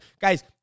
guys